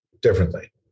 differently